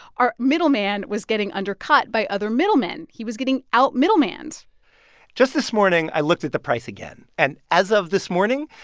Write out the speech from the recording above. our middle man was getting undercut by other middlemen. he was getting out-middlemanned just this morning, i looked at the price again. and as of this morning,